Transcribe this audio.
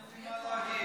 אין לי מה להגיב.